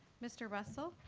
mr. russell?